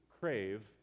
crave